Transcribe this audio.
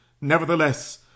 nevertheless